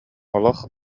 олох